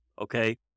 okay